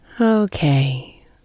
Okay